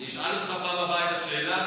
אני אשאל אותך פעם הבאה את השאלה